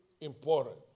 important